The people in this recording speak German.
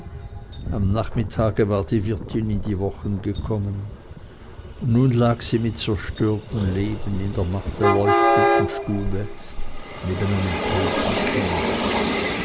am nachmittage war die wirtin in die wochen gekommen und nun lag sie mit zerstörtem leben in der matt erleuchteten stube neben einem toten kinde